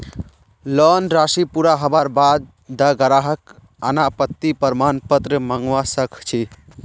loan राशि पूरा हबार बा द ग्राहक अनापत्ति प्रमाण पत्र मंगवा स ख छ